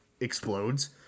explodes